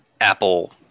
Apple